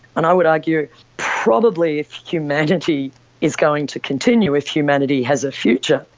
and i would argue probably if humanity is going to continue, if humanity has a future,